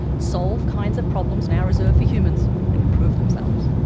solve kinds of problems now reserved for humans, and improve themselves.